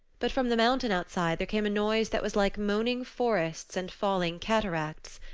but from the mountain outside there came a noise that was like moaning forests and falling cataracts.